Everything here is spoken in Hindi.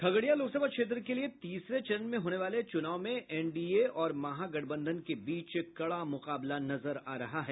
खगड़िया लोकसभा क्षेत्र के लिए तीसरे चरण में होने वाले चुनाव में एनडीए और महागठबंधन के बीच कड़ा मुकाबला नजर आ रहा है